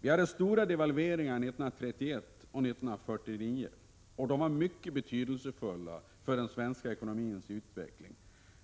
Devalveringarna 1931 och 1949 var stora och mycket betydelsefulla för den svenska ekonomins utveckling,